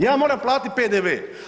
Ja moram platiti PDV.